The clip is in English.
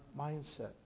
mindset